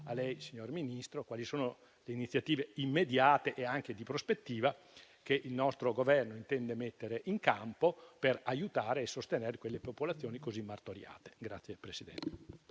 a lei, signor Ministro, quali sono le iniziative immediate e anche di prospettiva che il nostro Governo intende mettere in campo per aiutare e sostenere quelle popolazioni così martoriate. PRESIDENTE.